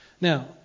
Now